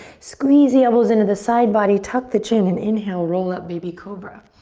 squeeze the elbows into the side body, tuck the chin and inhale, roll up, baby cobra.